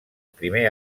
primer